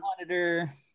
monitor